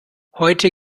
heute